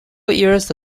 years